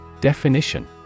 Definition